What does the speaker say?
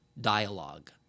dialogue